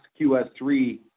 QS3